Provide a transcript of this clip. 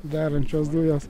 darančios dujos